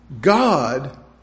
God